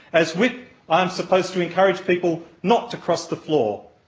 as whip i am supposed to encourage people not to cross the floor.